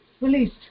released